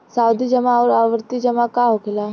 सावधि जमा आउर आवर्ती जमा का होखेला?